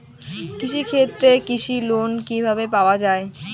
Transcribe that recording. কৃষি ক্ষেত্রে কৃষি লোন কিভাবে পাওয়া য়ায়?